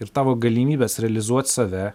ir tavo galimybės realizuot save